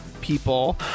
people